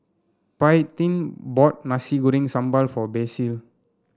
Paityn bought Nasi Goreng Sambal for Basil